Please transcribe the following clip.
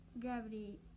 gravity